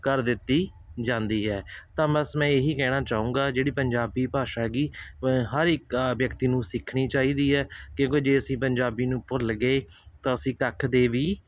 ਕਰ ਦਿੱਤੀ ਜਾਂਦੀ ਹੈ ਤਾਂ ਬਸ ਮੈਂ ਇਹੀ ਕਹਿਣਾ ਚਾਹੂੰਗਾ ਜਿਹੜੀ ਪੰਜਾਬੀ ਭਾਸ਼ਾ ਹੈਗੀ ਹਰ ਇੱਕ ਵਿਅਕਤੀ ਨੂੰ ਸਿੱਖਣੀ ਚਾਹੀਦੀ ਹੈ ਕਿਉਂਕਿ ਜੇ ਅਸੀਂ ਪੰਜਾਬੀ ਨੂੰ ਭੁੱਲ ਗਏ ਤਾਂ ਅਸੀਂ ਕੱਖ ਦੇ ਵੀ